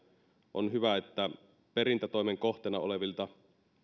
on hyvä että perintätoimien kohteena olevilta